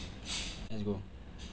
let's go